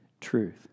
truth